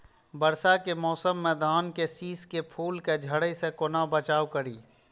वर्षा के मौसम में धान के शिश के फुल के झड़े से केना बचाव करी?